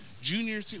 junior